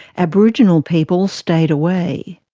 aboriginal people stayed away.